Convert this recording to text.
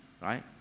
right